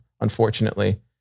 unfortunately